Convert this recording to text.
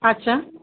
আচ্ছা